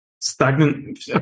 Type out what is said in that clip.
stagnant